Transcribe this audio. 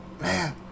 man